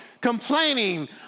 complaining